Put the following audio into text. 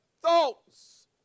thoughts